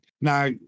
Now